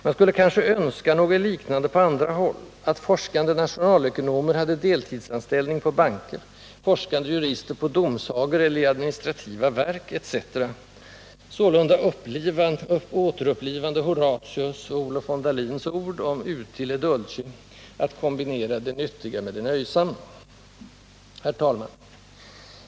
Man skulle kanske önska något liknande på andra håll — att forskande nationalekonomer hade deltidsanställ . ning på banker, forskande jurister på domsagor eller i administrativa verk etc. sålunda återupplivande Horatius” och Olof von Dalins ord om ”utile dulci” — att kombinera det nyttiga med det nöjsamma. Herr talman!